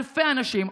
אלפי אנשים,